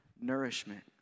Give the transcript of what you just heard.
nourishment